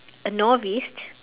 a novice